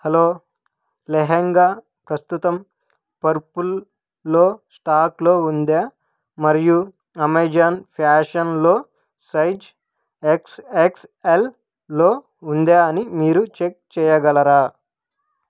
hello lehenga ప్రస్తుతం పర్పుల్లో స్టాక్లో ఉందా మరియు అమెజాన్ ఫ్యాషన్లో సైజ్ ఎక్స్ ఎక్స్ ఎల్లో ఉందా అని మీరు చెక్ చేయగలరా